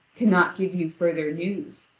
cannot give you further news,